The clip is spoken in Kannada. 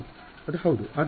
ಹೌದು ಅದು ಹೌದು